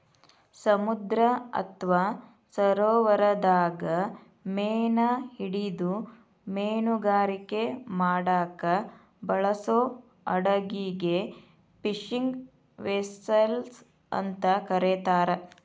ಸಮುದ್ರ ಅತ್ವಾ ಸರೋವರದಾಗ ಮೇನಾ ಹಿಡಿದು ಮೇನುಗಾರಿಕೆ ಮಾಡಾಕ ಬಳಸೋ ಹಡಗಿಗೆ ಫಿಶಿಂಗ್ ವೆಸೆಲ್ಸ್ ಅಂತ ಕರೇತಾರ